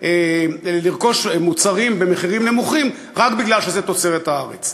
לרכוש מוצרים במחירים נמוכים רק כי זה תוצרת הארץ.